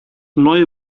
neue